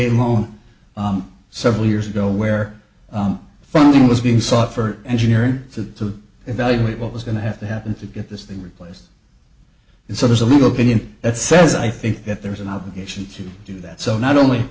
a loan several years ago where funding was being sought for engineering to evaluate what was going to have to happen to get this thing replaced and so there's a little bit in that says i think that there is an obligation to do that so not only